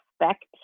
expect